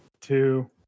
two